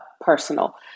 personal